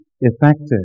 effective